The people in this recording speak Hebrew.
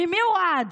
ממי הוא רעד?